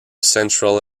central